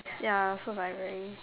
ya so it's like very